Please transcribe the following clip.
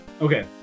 Okay